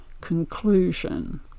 Conclusion